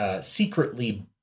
Secretly